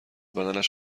بدنش